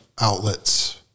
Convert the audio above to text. outlets